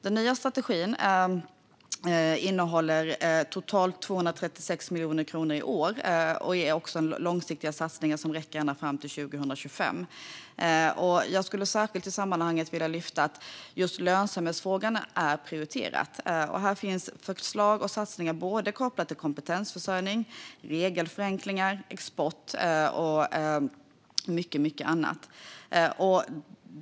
Den nya strategin innehåller totalt 236 miljoner kronor i år för långsiktiga satsningar som räcker ända fram till 2025. Jag skulle i sammanhanget särskilt vilja lyfta fram att just lönsamhetsfrågan är prioriterad. Här finns förslag och satsningar kopplade till kompetensförsörjning, regelförenklingar, export och mycket annat.